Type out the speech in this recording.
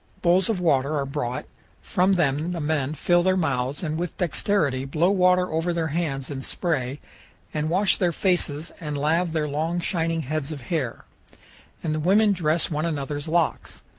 bowls of water are brought from them the men fill their mouths and with dexterity blow water over their hands in spray and wash their faces and lave their long shining heads of hair and the women dress one another's locks.